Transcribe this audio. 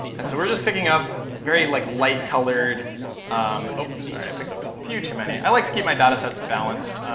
and so we're just picking up very like light colored um oh, sorry. i picked up a few too many. i like to keep my data sets balanced.